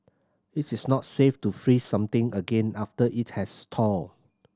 its is not safe to freeze something again after it has thawed